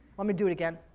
want me to do it again?